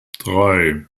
drei